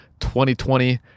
2020